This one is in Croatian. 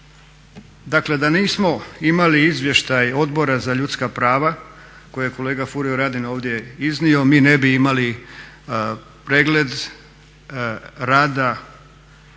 Dakle, da nismo imali Izvještaj Odbora za ljudska prava koje je kolega Furio Radin ovdje iznio mi ne bi imali pregled rada